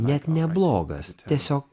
net neblogas tiesiog